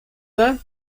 that